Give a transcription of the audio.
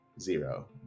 Zero